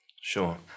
sure